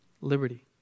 liberty